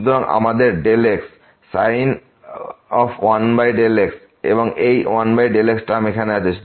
সুতরাং আমাদের x এবং sin 1x এবং এই 1xটার্ম এখানে আছে